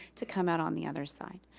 to come out on the other side.